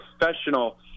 professional